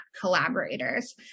collaborators